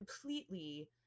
completely